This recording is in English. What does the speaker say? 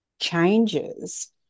changes